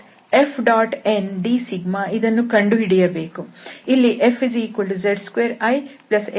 ಈಗ ನಾವು ∬SFndσ ಇದನ್ನು ಕಂಡುಹಿಡಿಯಬೇಕು ಇಲ್ಲಿ Fz2ixyj y2k